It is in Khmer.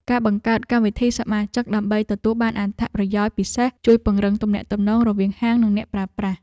ការបង្កើតកម្មវិធីសមាជិកដើម្បីទទួលបានអត្ថប្រយោជន៍ពិសេសជួយពង្រឹងទំនាក់ទំនងរវាងហាងនិងអ្នកប្រើប្រាស់។